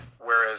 Whereas